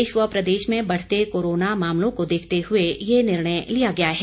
देश व प्रदेश में बढ़ते कोरोना मामलों को देखते हुए ये निर्णय लिया गया है